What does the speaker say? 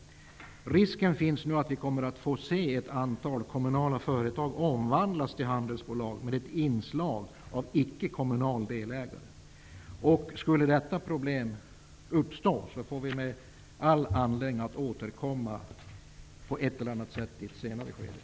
Risken är nu att vi får se ett antal kommunala företag omvandlas till handelsbolag med ett inslag av icke-kommunala delägare. Skulle detta problem uppstå har vi all anledning att i ett senare skede återkomma på ett eller annat sätt.